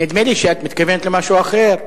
נדמה לי שאת מתכוונת למשהו אחר.